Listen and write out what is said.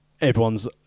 everyone's